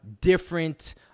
different